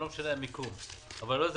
לא זה המיקום, אבל לא זה